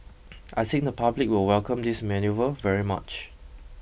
I think the public will welcome this manoeuvre very much